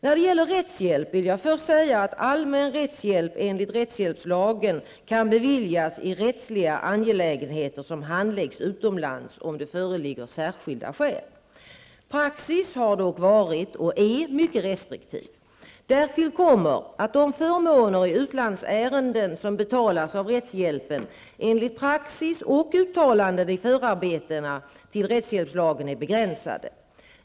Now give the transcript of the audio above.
När det gäller rättshjälp vill jag först säga att allmän rättshjälp enligt rättshjälpslagen kan beviljas i rättsliga angelägenheter som handläggs utomlands om det föreligger särskilda skäl. Praxis har dock varit -- och är -- mycket restriktiv. Därtill kommer att de förmåner i utlandsärenden som betalas av rättshjälpen, enligt praxis och uttalanden i förarbetena till rättshjälpslagen, är begränsade.